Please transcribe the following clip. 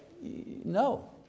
No